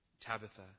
Tabitha